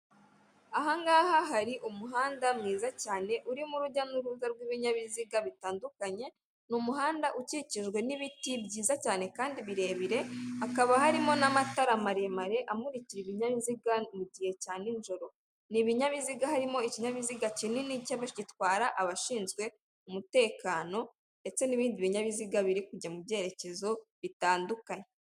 Ahangaha hari umuhanda mwiza cyane urimo urujya n'uruza rw'ibinyabiziga bitandukanye, ni umuhanda ukikijwe n'ibiti byiza cyane kandi birebire hakaba harimo n'amatara maremare amurikira ibinyabiziga mu gihe cya nijoro n'ibinyabiziga harimo ikinyabiziga kinini gitwara abashinzwe umutekano ndetse n'ibindi binyabiziga biri kujya mu byerekezo bitandukanye.